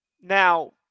Now